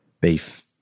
beef